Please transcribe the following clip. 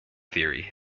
theory